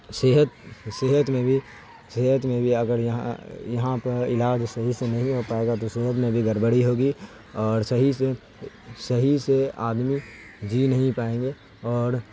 صحت صحت میں بھی صحت میں بھی اگر یہاں یہاں پر علاج صحیح سے نہیں ہو پائے گا تو صحت میں بھی گڑبڑی ہوگی اور صحیح سے صحیح سے آدمی جی نہیں پائیں گے اور